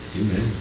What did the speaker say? Amen